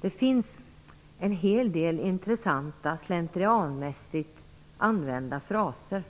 Det finns en hel del intressanta slentrianmässigt använda fraser.